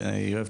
יש לכם